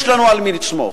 יש לנו על מי לסמוך.